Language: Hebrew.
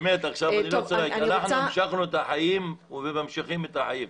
אנחנו המשכנו את החיים וממשיכים את החיים.